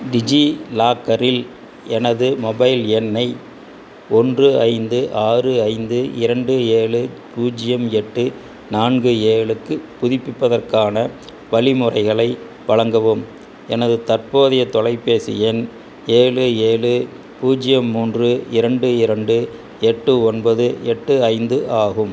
டிஜிலாக்கரில் எனது மொபைல் எண்ணை ஒன்று ஐந்து ஆறு ஐந்து இரண்டு ஏழு பூஜ்ஜியம் எட்டு நான்கு ஏழுக்கு புதுப்பிப்பதற்கான வழிமுறைகளை வழங்கவும் எனது தற்போதைய தொலைபேசி எண் ஏழு ஏழு பூஜ்ஜியம் மூன்று இரண்டு இரண்டு எட்டு ஒன்பது எட்டு ஐந்து ஆகும்